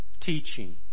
teaching